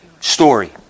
story